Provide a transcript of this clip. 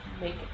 make